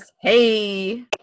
Hey